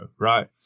Right